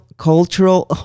cultural